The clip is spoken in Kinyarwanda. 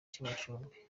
cy’amacumbi